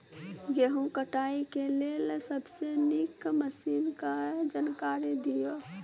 गेहूँ कटाई के लेल सबसे नीक मसीनऽक जानकारी दियो?